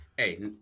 Hey